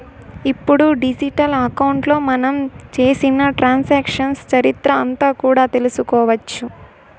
ఇప్పుడు డిజిటల్ అకౌంట్లో మనం చేసిన ట్రాన్సాక్షన్స్ చరిత్ర అంతా కూడా తెలుసుకోవచ్చు